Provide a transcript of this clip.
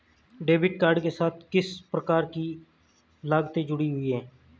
Debit card के साथ किस प्रकार की लागतें जुड़ी हुई हैं?